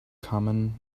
common